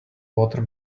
water